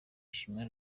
shima